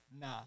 Nah